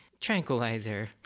tranquilizer